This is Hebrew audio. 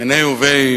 מיניה וביה,